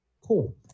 Cool